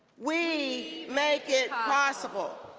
we make it possible.